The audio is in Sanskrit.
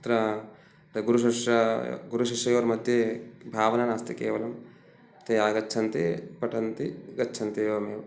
तत्र गुरुशिष्य गुरुशिष्ययोर्मध्ये भावना नास्ति केवलं ते आगच्छन्ति पठन्ति गच्छन्ति एवमेव